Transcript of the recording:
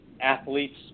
athletes